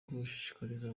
gushishikariza